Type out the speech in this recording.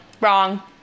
wrong